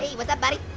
hey what's up, buddy?